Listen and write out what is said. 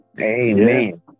Amen